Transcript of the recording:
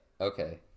Okay